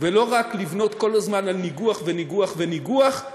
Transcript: ולא רק לבנות כל הזמן על ניגוח וניגוח וניגוח.